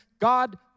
God